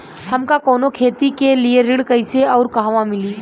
हमरा कवनो खेती के लिये ऋण कइसे अउर कहवा मिली?